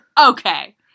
Okay